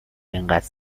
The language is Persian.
انقدر